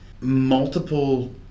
multiple